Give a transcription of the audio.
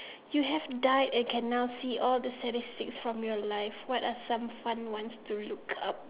you have died and can now see all the statistics from your life what are some fun ones to look up